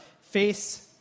face